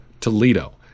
Toledo